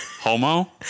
homo